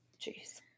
Jeez